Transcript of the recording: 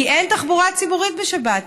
כי אין תחבורה ציבורית בשבת.